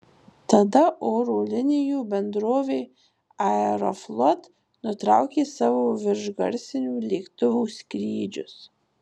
tada oro linijų bendrovė aeroflot nutraukė savo viršgarsinių lėktuvų skrydžius